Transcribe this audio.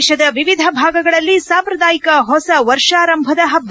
ದೇಶದ ವಿವಿಧ ಭಾಗಗಳಲ್ಲಿ ಸಾಂಪ್ರದಾಯಿಕ ಹೊಸ ವರ್ಷಾರಂಭದ ಹಬ್ಲ